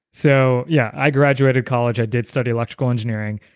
so yeah, i graduated college. i did study electrical engineering,